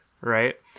right